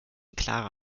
klare